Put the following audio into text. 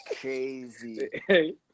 crazy